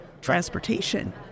transportation